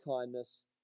kindness